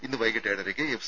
ഇന്ന് വൈകിട്ട് ഏഴരയ്ക്ക് എഫ്